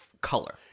color